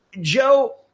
Joe